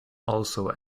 also